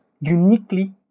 uniquely